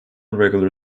regular